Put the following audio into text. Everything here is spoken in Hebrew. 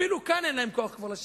אפילו כאן אין להם כבר כוח לשבת,